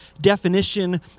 definition